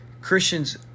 Christian's